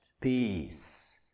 peace